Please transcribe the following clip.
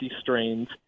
strains